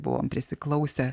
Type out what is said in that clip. buvom prisiklausę